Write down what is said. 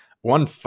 one